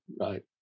right